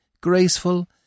graceful